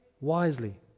wisely